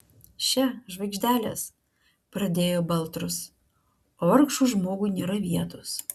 še žvaigždelės pradėjo baltrus o vargšui žmogui nėra vietos